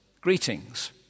greetings